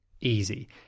easy